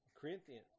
Corinthians